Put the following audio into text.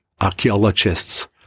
archaeologists